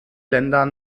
länder